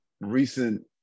recent